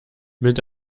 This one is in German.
mit